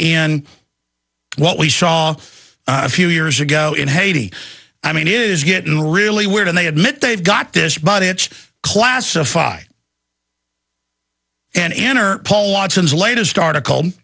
and what we saw a few years ago in haiti i mean it is getting really weird and they admit they've got this but it's classified and enter paul watson is latest article